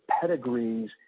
pedigrees